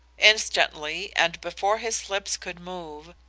instantly, and before his lips could move,